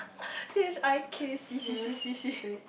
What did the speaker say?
T_H_I_K_C C C C C